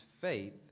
faith